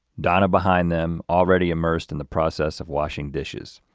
donna behind them, already emersed in the process of washing dishes.